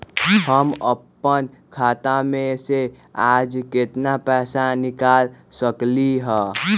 हम अपन खाता में से आज केतना पैसा निकाल सकलि ह?